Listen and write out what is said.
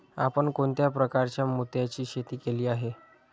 आपण कोणत्या प्रकारच्या मोत्यांची शेती केली आहे?